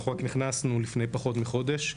רק נכנסו לפני פחות מחודש.